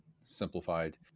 simplified